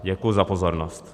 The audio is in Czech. Děkuji za pozornost.